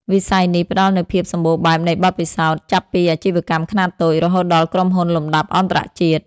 វិស័យនេះផ្ដល់នូវភាពសម្បូរបែបនៃបទពិសោធន៍ ចាប់ពីអាជីវកម្មខ្នាតតូច រហូតដល់ក្រុមហ៊ុនលំដាប់អន្តរជាតិ។